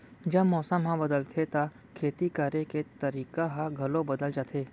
जब मौसम ह बदलथे त खेती करे के तरीका ह घलो बदल जथे?